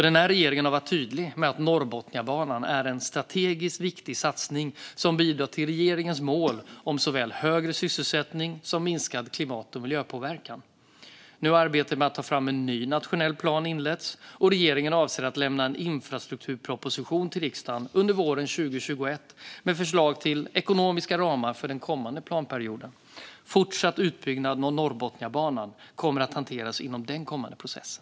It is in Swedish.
Den här regeringen har alltså varit tydlig med att Norrbotniabanan är en strategiskt viktig satsning som bidrar till regeringens mål om såväl högre sysselsättning som minskad klimat och miljöpåverkan. Nu har arbetet med att ta fram en ny nationell plan inletts, och regeringen avser att lämna en infrastrukturproposition till riksdagen under våren 2021, med förslag till ekonomiska ramar för den kommande planperioden. Fortsatt utbyggnad av Norrbotniabanan kommer att hanteras inom den kommande processen.